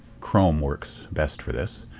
chrome works best for this.